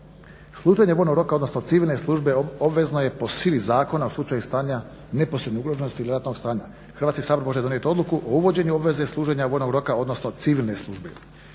Služenje vojnog roka, odnosno civilne službe obvezno je po sili zakona u slučaju stanja neposredne ugroženosti ili ratnog stanja. Hrvatski sabor može donijet odluku o uvođenju obveze služenja vojnog roka, odnosno civilne službe.